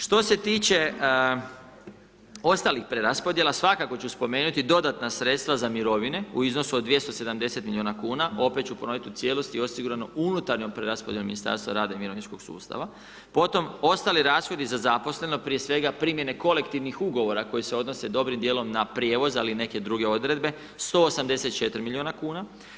Što se tiče ostalih preraspodjela, svakako ću spomenuti dodatna sredstva za mirovine u iznosu od 270 milijuna kn opet ću ponoviti, u cijelosti je osigurano unutarnjem preraspodjelom ministarstva rada i mirovinskog sustava, potom ostali rashodi za zaposlene, prije svega primjena kolektivnog ugovora, koji se odnose dobrim dijelom na prijevoz, ali i neke druge odredbe 184 milijuna kn.